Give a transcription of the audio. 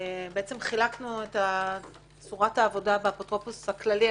חילקנו את צורת העבודה באפוטרופוס הכללי,